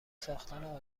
ساختن